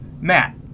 Matt